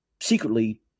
secretly